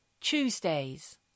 Tuesdays